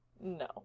no